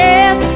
Yes